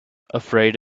afraid